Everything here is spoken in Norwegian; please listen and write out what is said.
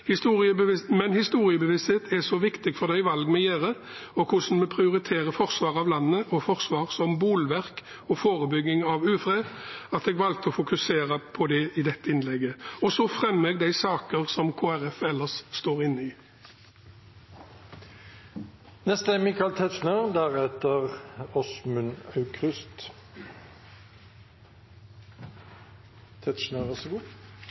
Historiebevissthet er så viktig for de valg vi gjør, og for hvordan vi prioriterer forsvaret av landet og forsvar som bolverk og forebygging av ufred, at jeg valgte å fokusere på det i dette innlegget. Så fremmer jeg de saker som Kristelig Folkeparti ellers står inne i.